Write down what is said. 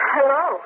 Hello